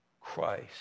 Christ